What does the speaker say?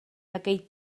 aquell